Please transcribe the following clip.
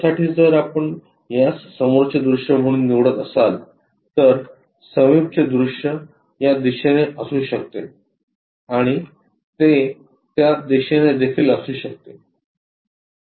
त्यासाठी जर आपण यास समोरचे दृश्य म्हणून निवडत असाल तर समीपचे दृश्य या दिशेने असू शकते आणि ते त्या दिशेने देखील असू शकते